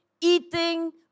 eating